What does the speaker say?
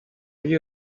louis